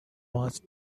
watched